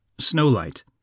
snowlight